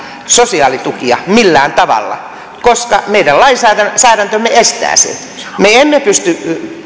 sosiaalitukia millään tavalla koska meidän lainsäädäntömme estää sen me emme pysty